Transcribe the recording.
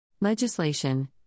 Legislation